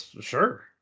Sure